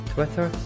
Twitter